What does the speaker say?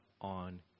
on